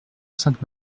sainte